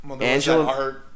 Angela